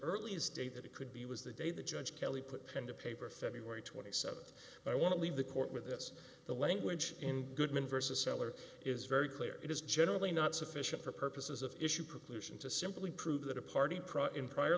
earliest date that it could be was the day the judge kelly put pen to paper february twenty seventh i want to leave the court with this the language in goodman versus seller is very clear it is generally not sufficient for purposes of issue preclusion to simply prove that a party pro in prior